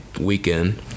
weekend